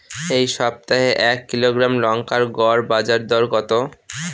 এই সপ্তাহে এক কিলোগ্রাম লঙ্কার গড় বাজার দর কত?